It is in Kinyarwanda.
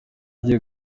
ugiye